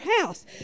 house